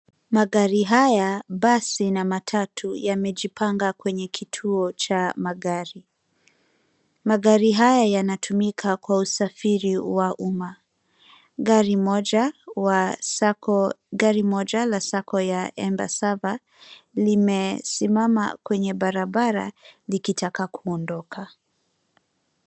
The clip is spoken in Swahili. Magari haya, basi na matatu yamejipanga kwenye kituo cha magari. Magari haya yanatumika kwa usafiri wa uma. Gari moja la sacco ya Embasava limesimama kwenye barabara likitaka kuondoka.